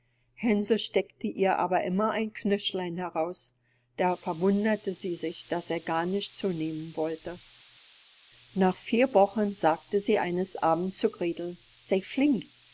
hänsel streckte ihr aber immer ein knöchlein heraus da verwunderte sie sich daß er gar nicht zunehmen wolle nach vier wochen sagte sie eines abends zu gretel